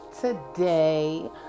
today